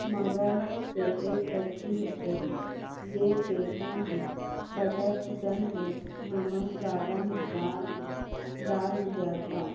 مگر مجھ سے ایک غلطی ہو گئی یہ کہ میں نے بٹر چکن میں نمک زیادہ مقدار میں ڈال دیا تھا